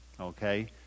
okay